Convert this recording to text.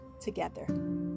together